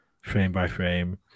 frame-by-frame